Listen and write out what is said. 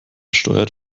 steuert